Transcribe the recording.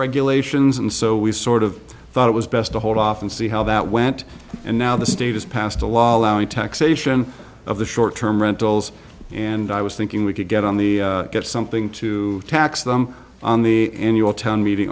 regulations and so we sort of thought it was best to hold off and see how that went and now the state has passed a law allowing taxation of the short term rentals and i was thinking we could get on the get something to tax them on the annual town meeting